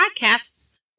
Podcast's